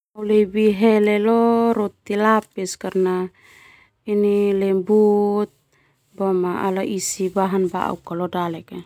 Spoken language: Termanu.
Hele leo roti lapis karna lembut boma ala isi bahan bauk leo dalek.